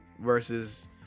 versus